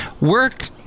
Work